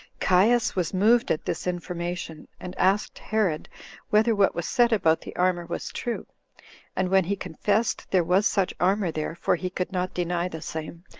caius was moved at this information, and asked herod whether what was said about the armor was true and when he confessed there was such armor there, for he could not deny the same,